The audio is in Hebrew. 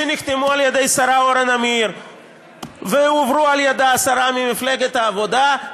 שנחתמו על-ידי השרה אורה נמיר והועברו על-ידי השרה ממפלגת העבודה,